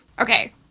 okay